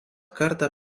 kartą